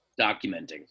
documenting